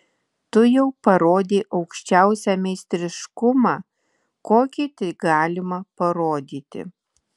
tu jau parodei aukščiausią meistriškumą kokį tik galima parodyti